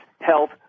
health